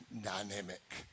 dynamic